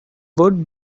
would